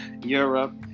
Europe